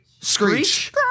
Screech